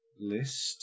list